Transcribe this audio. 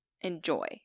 enjoy